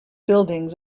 buildings